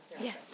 yes